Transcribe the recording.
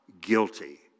guilty